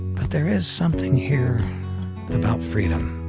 but there is something here about freedom,